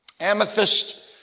Amethyst